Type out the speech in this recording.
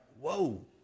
whoa